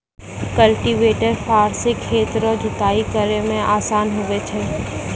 cultivator फार से खेत रो जुताइ करै मे आसान हुवै छै